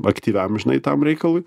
aktyviam žinai tam reikalui